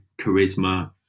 charisma